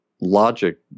logic